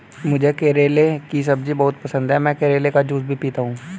मुझे करेले की सब्जी बहुत पसंद है, मैं करेले का जूस भी पीता हूं